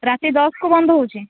ରାତି ଦଶକୁ ବନ୍ଦ ହେଉଛି